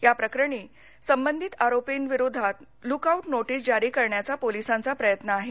या प्रकरणी संबंधित आरोपींविरोधात लुक आऊत नोटीस जारी करण्याचा पोलिसांचा प्रयत्न आहे